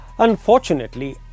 Unfortunately